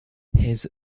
his